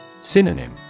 Synonym